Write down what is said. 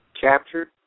captured